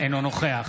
אינו נוכח